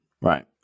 Right